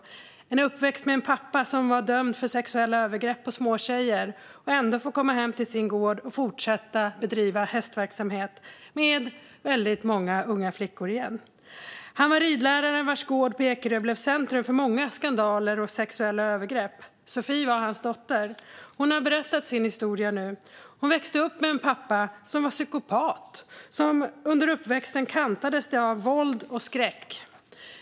Det var en uppväxt med en pappa som var dömd för sexuella övergrepp på småtjejer men som ändå fick komma hem till sin gård och fortsätta att bedriva hästverksamhet med många unga flickor. Han var ridläraren vars gård på Ekerö blev centrum för många skandaler och sexuella övergrepp. Sophie är hans dotter. Hon har berättat sin historia nu. Hon växte upp med en pappa som var psykopat. Uppväxten kantades av våld och skräck.